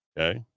okay